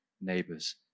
neighbors